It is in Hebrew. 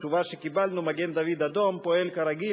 התשובה שקיבלנו: מגן-דוד-אדום פועל כרגיל,